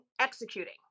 executing